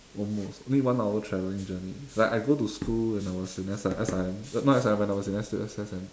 almost need one hour traveling journey like I go to school when I was in S_I~ S_I_M not S_I_M when I was in S_U_S_S and